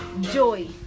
joy